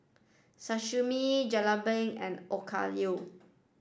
Sashimi Jalebi and Okayu